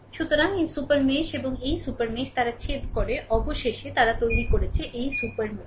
সুতরাং এই super mesh এবং এই সুপার মেশ তারা ছেদ করে অবশেষে তারা তৈরি করেছে এই সুপার মেশ